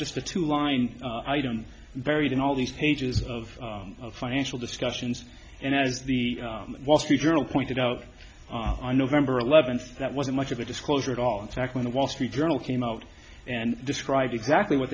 just a two line item buried in all these pages of financial discussions and as the wall street journal pointed out on november eleventh that wasn't much of a disclosure at all in fact when the wall street journal came out and described exactly what